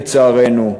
לצערנו,